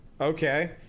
Okay